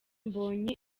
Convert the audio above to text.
mbonyi